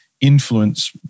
influence